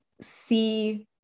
see